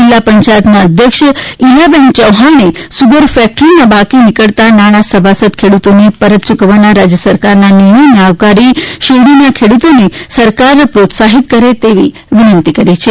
જિલ્લા પંચાયતના અધ્યક્ષ ઇલાબહેન ચૌફાણે સુગર ફેકટરીના બાકી નીકળતા નાણાં સભાસદ ખેડૂતોને પરત યૂકવવાના રાજ્ય સરકારના નિર્ણયને આવકારી શેરડીના ખેડૂતોને સરકાર પ્રોત્સાહિત કરે એવી વિનંતી કરી હતી